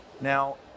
Now